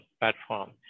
platform